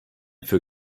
für